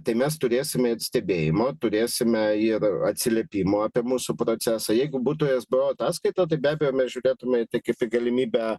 tai mes turėsime ir stebėjimo turėsime ir atsiliepimų apie mūsų procesą jeigu būtų esbo ataskaita tai be abejo mes žiūrėtume į tai kaip į galimybę